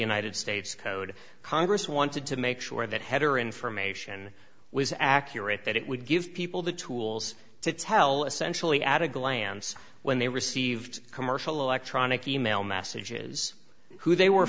united states code congress wanted to make sure that header information was accurate that it would give people the tools to tell essentially add a glance when they received commercial electronic e mail messages who they were